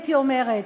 הייתי אומרת.